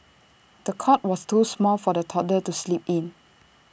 the cot was too small for the toddler to sleep in